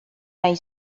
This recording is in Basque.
nahi